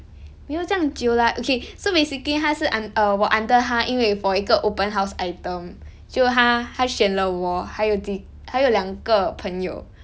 没有这样久 lah okay so basically 他是 un~ err 我 under 他因为 for 一个 open house item 就他他选了我还有第还有两个朋友